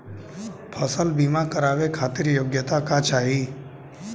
फसल बीमा करावे खातिर योग्यता का चाही?